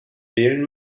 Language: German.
wählen